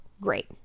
great